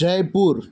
Jaipur